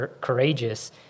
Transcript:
courageous